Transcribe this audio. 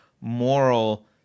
moral